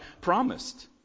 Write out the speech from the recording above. promised